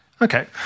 Okay